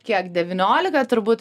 kiek devyniolika turbūt